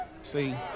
see